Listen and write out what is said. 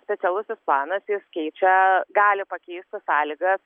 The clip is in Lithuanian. specialusis planas jis keičia gali pakeisti sąlygas